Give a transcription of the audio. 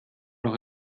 noch